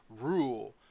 rule